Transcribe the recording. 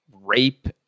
rape